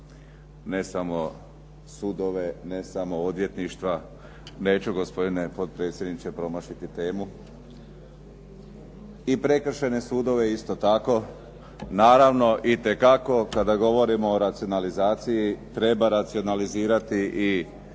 ne samo sudove, ne samo odvjetništva, neću gospodine potpredsjedniče promašiti temu i prekršajne sudove isto tako, Naravno itekako kada govorimo o racionalizaciji, treba racionalizirati i